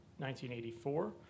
1984